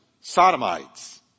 sodomites